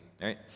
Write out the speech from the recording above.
right